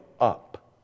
up